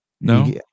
No